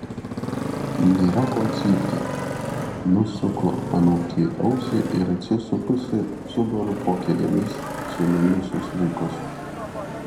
nėra ko cypti nusuku anūkei ausį ir atsisukusi subaru po kėdėmis sulindusius vaikus